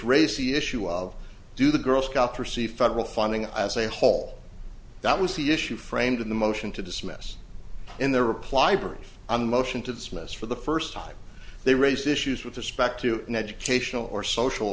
the issue of do the girl scouts receive federal funding as a whole that was the issue framed in the motion to dismiss in their reply brief a motion to dismiss for the first time they raised issues with respect to an educational or social